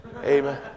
Amen